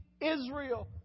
Israel